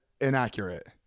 inaccurate